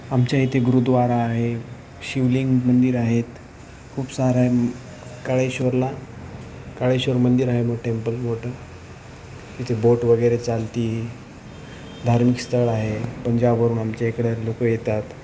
आमच्या इथे गुरुद्वारा आहे शिवलिंग मंदिर आहेत खूप सारं काळेश्वरला काळेश्वर मंदिर आहे मो टेम्पल मोठं इथे बोट वगैरे चालते धार्मिक स्थळ आहे पंजाबवरून आमच्या इकडे लोकं येतात